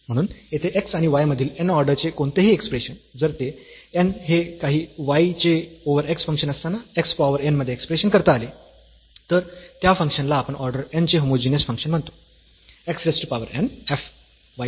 म्हणून येथे x आणि y मधील n ऑर्डर चे कोणतेही एक्सप्रेशन जर ते n हे काही y चे ओव्हर x फंक्शन असताना x पॉवर n मध्ये एक्सप्रेस करता आले तर त्या फंक्शन ला आपण ऑर्डर n चे होमोजीनियस फंक्शन म्हणतो